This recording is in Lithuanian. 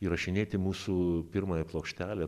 įrašinėti mūsų pirmąją plokštelę